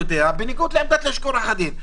בניגוד לעמדת לשכת עורכי הדין.